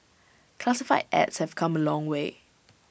classified ads have come A long way